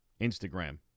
Instagram